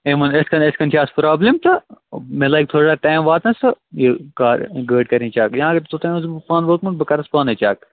أمۍ ووٚن یِتھٕ کٔنۍ یِتھٕ کٔنۍ چھِ اَتھ پرٛابلِم تہٕ مےٚ لَگہِ تھوڑا ٹایِم واتنَس تہٕ یہِ کار گٲڑۍ کَرٕنۍ چیک یا اَگر توٚتام اوسُس بہٕ پانہٕ ووتمُت بہٕ کَرَس پانَے چیک